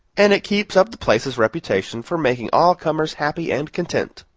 and it keeps up the place's reputation for making all comers happy and content.